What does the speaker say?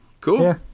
Cool